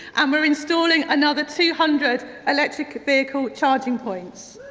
um we're installing another two hundred electric vehicle charging points.